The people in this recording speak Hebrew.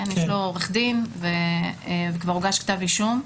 יש לו עורך דין וכבר הוגש כתב אישום.